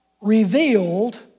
revealed